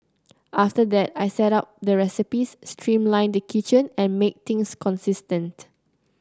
after that I set up the recipes streamlined the kitchen and made things consistent